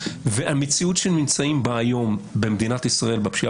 המציאות שאנחנו נמצאים בה היום במדינת ישראל בפשיעה